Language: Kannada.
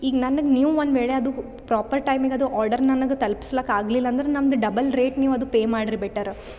ಈಗ ನನಗೆ ನೀವು ಒಂದುವೇಳೆ ಅದು ಪ್ರಾಪರ್ ಟೈಮಿಗೆ ಅದು ಆರ್ಡರ್ ನನಗೆ ತಲುಪ್ಸೋಕ್ ಆಗಲಿಲ್ಲ ಅಂದ್ರೆ ನಮ್ದು ಡಬ್ಬಲ್ ರೇಟ್ ನೀವು ಅದು ಪೇ ಮಾಡ್ರಿ ಬೆಟರ್